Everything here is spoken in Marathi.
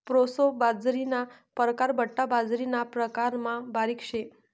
प्रोसो बाजरीना परकार बठ्ठा बाजरीना प्रकारमा बारीक शे